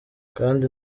kandi